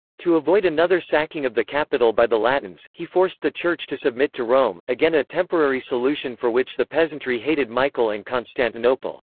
to avoid another sacking of the capital by the latins, he forced the church to submit to rome, again a temporary solution for which the peasantry hated michael and constantinople.